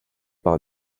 par